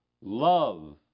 Love